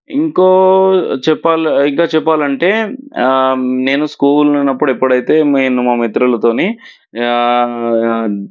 ఇంకా చెప్పాలి ఇంకా చెప్పాలంటే నేను స్కూల్లో ఉన్నప్పుడు ఎప్పుడైతే మేయిన్ మా మిత్రులతో